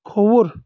کھووُر